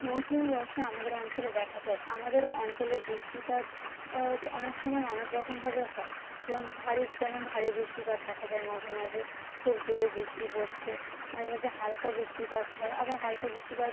মৌসুমি বর্ষা আমাদের অঞ্চলে দেখা যায় আমাদের অঞ্চলে বৃষ্টিপাত অনেক সময় অনেক রকমভাবে হয় যেমন ভারী যেমন ভারী বৃষ্টিপাত দেখা যায় মাঝে মাঝে খুব জোরে বৃষ্টি পড়ছে মাঝে মাঝে হালকা বৃষ্টিপাত হয় আবার হালকা বৃষ্টিপাত